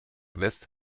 west